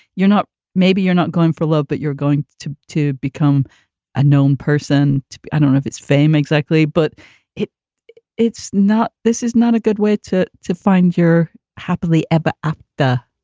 you're not maybe you're not going for love, but you're going to to become a known person. i don't know if it's fame. exactly, but it it's not. this is not a good way to to find your happily ever after